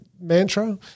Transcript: mantra